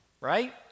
right